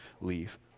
leave